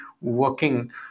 working